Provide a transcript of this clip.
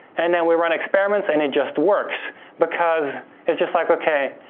and then, we run experiments, and it just works because it's just like okay,